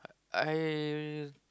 I